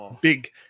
big